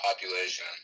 population